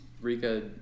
Rika